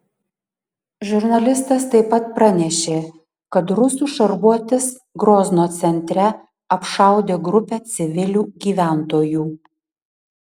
žurnalistas taip pat pranešė kad rusų šarvuotis grozno centre apšaudė grupę civilių gyventojų